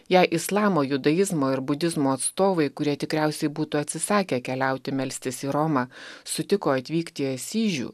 jei islamo judaizmo ir budizmo atstovai kurie tikriausiai būtų atsisakę keliauti melstis į romą sutiko atvykti į asyžių